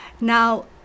Now